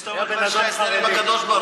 חשבתי שאתה אומר שיש לך הסדר עם הקב"ה.